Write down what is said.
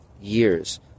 years